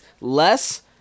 less